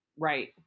right